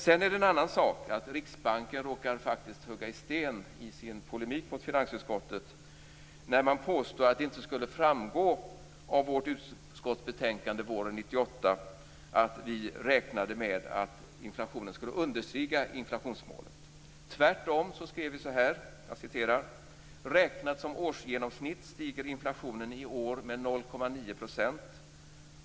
Sedan är det en annan sak att Riksbanken faktiskt råkar hugga i sten i sin polemik mot finansutskottet när man påstår att det inte skulle framgå av vårt utskottsbetänkande våren 1998 att vi räknade med att inflationen skulle understiga inflationsmålet. Tvärtom skrev vi så här: "Räknat som årsgenomsnitt stiger inflationen i år med 0,9 procent.